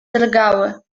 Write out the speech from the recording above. drgały